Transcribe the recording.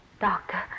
Doctor